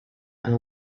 and